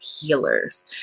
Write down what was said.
healers